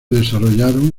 desarrollaron